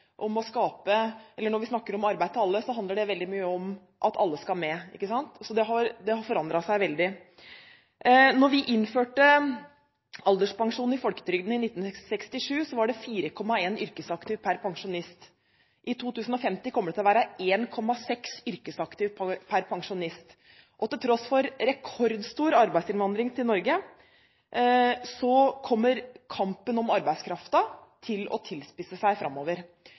Når vi i dag snakker om arbeid til alle, handler det veldig mye om at alle skal med – ikke sant. Så dette har forandret seg veldig. Da vi innførte alderspensjon i folketrygden i 1967, var det 4,1 yrkesaktiv per pensjonist. I 2050 kommer det til å være 1,6 yrkesaktiv per pensjonist. Til tross for rekordstor arbeidsinnvandring til Norge kommer kampen om arbeidskraften til å tilspisse seg framover.